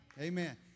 Amen